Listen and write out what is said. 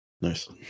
Nice